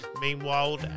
meanwhile